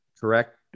correct